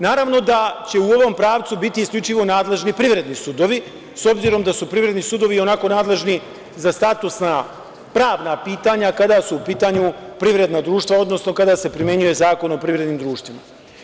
Naravno, da će u ovom pravcu biti isključivo nadležni privredni sudovi, s obzirom da su privredni sudovi i onako nadležni za status na pravna pitanja, kada su u pitanju privredna društva, odnosno kada se primenjuje Zakon o privrednim društvima.